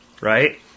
Right